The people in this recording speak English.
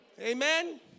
Amen